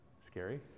Scary